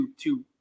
two